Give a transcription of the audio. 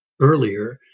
earlier